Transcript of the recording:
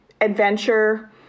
adventure